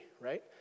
right